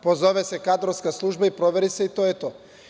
Pozove se Kadrovska služba i proveri se i to je to.